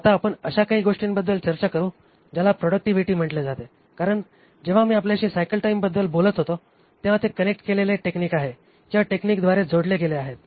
आता आपण अशा काही गोष्टीबद्दल चर्चा करू ज्याला प्रॉडक्टिव्हिटी म्हटले जाते कारण जेव्हा मी आपल्याशी सायकल टाइमबद्दल बोलत होतो तेव्हा ते कनेक्ट केलेले टेक्निक आहे किंवा टेक्निकद्वारे जोडले गेले आहेत